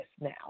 now